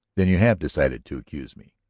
then you have decided to accuse me?